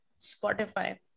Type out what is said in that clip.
Spotify